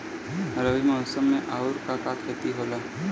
रबी मौसम में आऊर का का के खेती होला?